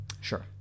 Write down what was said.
Sure